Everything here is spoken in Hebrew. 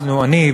אני,